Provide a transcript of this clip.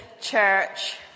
church